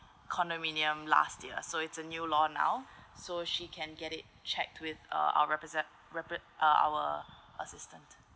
condominium last year so it's a new law now so she can get it checked with a our represent repre~ uh our assistant